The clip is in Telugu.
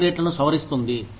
పే రేట్లను సవరిస్తుంది